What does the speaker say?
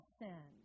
sin